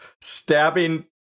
stabbing